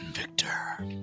Victor